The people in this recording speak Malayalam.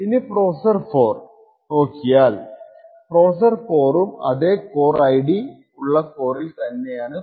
ഇനി പ്രോസെസ്സർ 4 ൽ നോക്കിയാൽ പ്രോസെസ്സർ 4 ഉം അതെ കോർ ID ഉള്ള കോറിൽ തന്നെ ആണ്